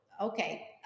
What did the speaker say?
Okay